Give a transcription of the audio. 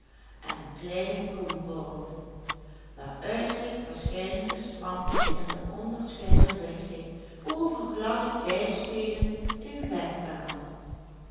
en een kleine kom vormde waaruit zich verscheidene spranken in onderscheiden richting over gladde keisteenen een weg baanden